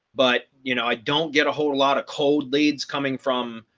but you know, i don't get a whole lot of cold leads coming from